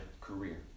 career